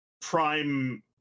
Prime